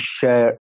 share